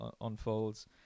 unfolds